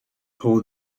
hold